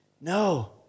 No